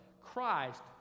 Christ